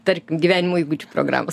tarkim gyvenimo įgūdžių programos